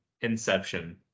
Inception